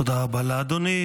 תודה רבה לאדוני.